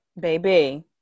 Baby